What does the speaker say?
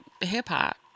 hip-hop